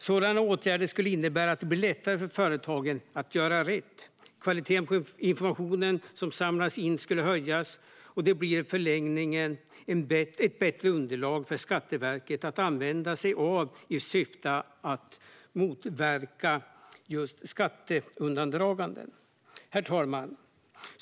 Sådana åtgärder skulle innebära att det blir lättare för företagen att göra rätt. Kvaliteten på informationen som samlas in skulle höjas, och det blir i förlängningen ett bättre underlag för Skatteverket att använda sig av i syfte att motverka skatteundandragande. Herr talman!